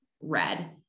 red